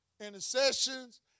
intercessions